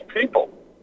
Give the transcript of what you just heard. people